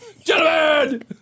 Gentlemen